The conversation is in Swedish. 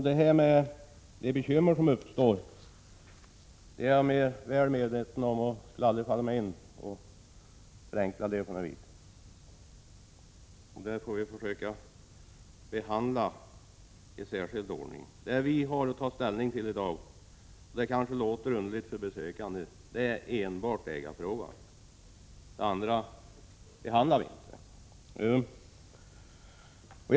Fru talman! De bekymmer som uppstår är jag väl medveten om. Det skulle aldrig falla mig in att förenkla på något vis. Vi får försöka behandla problemen i särskild ordning. Det vi har att ta ställning till i dag, vilket kanske låter underligt för besökande, är enbart ägarfrågan. De andra frågorna behandlar vi inte.